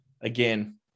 again